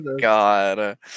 God